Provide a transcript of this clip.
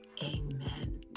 Amen